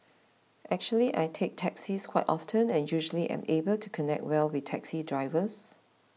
actually I take taxis quite often and usually am able to connect well with taxi drivers